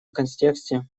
контексте